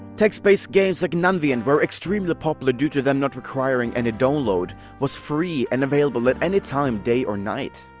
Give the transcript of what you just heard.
text-based games like nanvaent were extremely popular due to them not requiring any and downloading, was free, and available at any time, day or night.